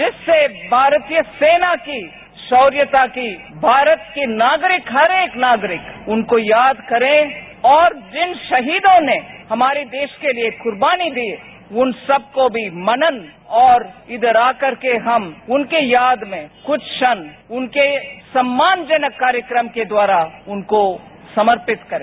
जिससे भारतीय सेना की शौर्यता की भारत के नागरिक हर एक नागरिक उनको याद करें और जिन शहीदों ने हमारे देश के लिए कुर्बानी दी है उन सबको भी मनन और इचर आकर के हम उनकी याद में कुछ क्षण उनके सम्मानजनक कार्यक्रम के द्वारा उनको समर्पित करें